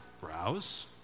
browse